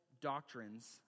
doctrines